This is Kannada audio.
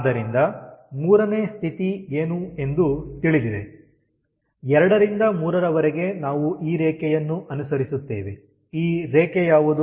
ಆದ್ದರಿಂದ 3ನೇ ಸ್ಥಿತಿ ಏನು ಎಂದು ತಿಳಿದಿದೆ 2ರಿಂದ 3ರವರೆಗೆ ನಾವು ಈ ರೇಖೆಯನ್ನು ಅನುಸರಿಸುತ್ತೇವೆ ಈ ರೇಖೆ ಯಾವುದು